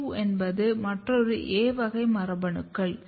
AP2 என்பது மற்றொரு A வகை மரபணுக்கள்